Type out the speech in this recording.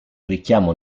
richiamo